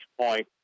point